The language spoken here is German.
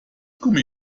gummi